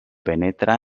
penetra